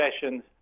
sessions